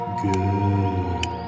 good